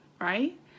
right